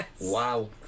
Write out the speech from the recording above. wow